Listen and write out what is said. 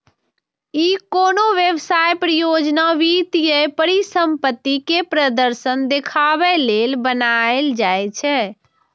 ई कोनो व्यवसाय, परियोजना, वित्तीय परिसंपत्ति के प्रदर्शन देखाबे लेल बनाएल जाइ छै